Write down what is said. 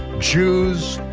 jews,